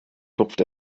tupft